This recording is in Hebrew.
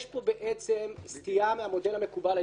יש פה סטייה מהמודל המקובל.